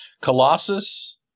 colossus